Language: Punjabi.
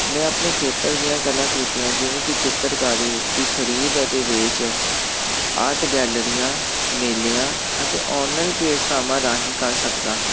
ਮੈਂ ਆਪਣੇ ਖੇਤਰ ਦੀਆਂ ਕਲਾ ਕ੍ਰਿਤੀਆਂ ਜਿਵੇਂ ਕਿ ਚਿੱਤਰਕਾਰੀ ਦੀ ਖਰੀਦ ਅਤੇ ਵੇਚ ਆਟ ਗੈਲਰੀਆਂ ਮੇਲਿਆਂ ਅਤੇ ਓਨਲਾਇਨ ਪਲੇਟਫਾਰਮਾਂ ਰਾਹੀਂ ਕਰ ਸਕਦਾ ਹਾਂ